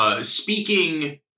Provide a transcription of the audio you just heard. Speaking